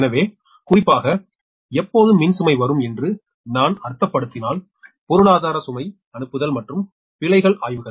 எனவே குறிப்பாக எப்போது மின் சுமை வரும் என்று நான் அர்த்தப்படுத்தினால் பொருளாதார சுமை அனுப்புதல் மற்றும் பிழைகள் ஆய்வுகள்